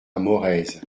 morez